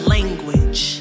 language